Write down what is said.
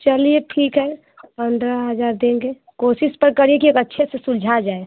चलिए ठीक है पंद्रह हज़ार देंगे कोशिश पर करिए कि एक अच्छे से सुलझा जाए